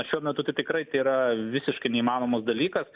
šiuo metu tai tikrai tai yra visiškai neįmanomas dalykas